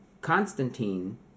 Constantine